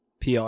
PR